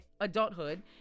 adulthood